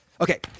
Okay